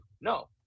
No